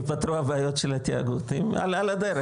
אולי יפתרו הבעיות של התיאגודים על הדרך.